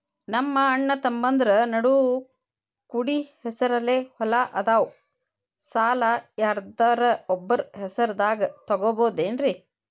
ನಮ್ಮಅಣ್ಣತಮ್ಮಂದ್ರ ನಡು ಕೂಡಿ ಹೆಸರಲೆ ಹೊಲಾ ಅದಾವು, ಸಾಲ ಯಾರ್ದರ ಒಬ್ಬರ ಹೆಸರದಾಗ ತಗೋಬೋದೇನ್ರಿ?